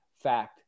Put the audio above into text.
fact